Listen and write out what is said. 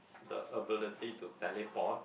the ability to teleport